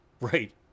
Right